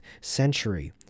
century